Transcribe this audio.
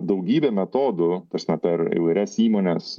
daugybė metodų ta prasme per įvairias įmones